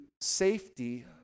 safety